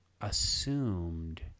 assumed